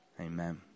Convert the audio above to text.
amen